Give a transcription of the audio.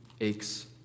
aches